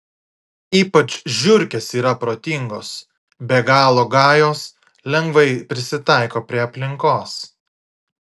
ypač žiurkės yra protingos be galo gajos lengvai prisitaiko prie aplinkos